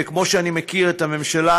וכמו שאני מכיר את הממשלה,